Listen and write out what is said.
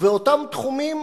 ובאותם תחומים